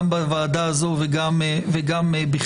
גם בוועדה הזאת וגם בכלל.